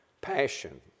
Passion